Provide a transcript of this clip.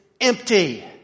empty